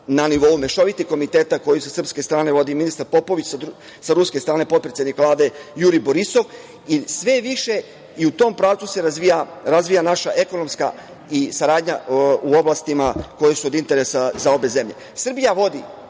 na nivou mešovitih komiteta koji sa srpske strane vodi ministar Popović, sa ruske strane potpredsednik Vlade Jurij Borisov i u tom pravcu se razvija naša ekonomska i saradnja u oblastima koje su od interesa za obe zemlje. Srbija vodi